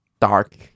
dark